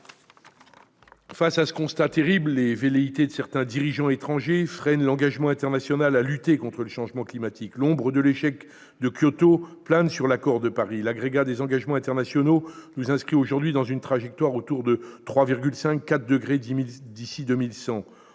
Face à ce constat terrible, les velléités de certains dirigeants étrangers freinent l'engagement international à lutter contre le changement climatique. L'ombre de l'échec du protocole de Kyoto plane sur l'accord de Paris. L'agrégat des engagements internationaux nous inscrit aujourd'hui dans une trajectoire d'élévation de